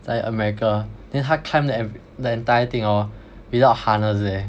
在 America then 他 climbed the av~ the entire thing hor without harness eh